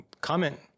comment